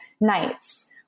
nights